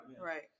Right